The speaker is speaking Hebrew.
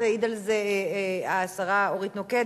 ותעיד על זה השרה אורית נוקד,